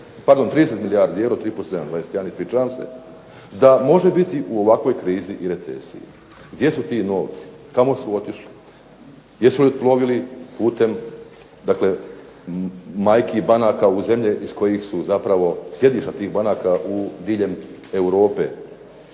30 milijardi eura, 3 puta 7 dvadeset i jedan. Ispričavam se. Da može biti u ovakvoj krizi i recesiji. Gdje su ti novci? Kamo su otišli? Jesu li plovili putem, dakle majki banaka u zemlje iz kojih su zapravo sjedišta tih banaka diljem Europe,